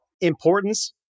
importance